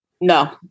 No